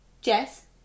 Jess